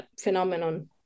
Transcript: phenomenon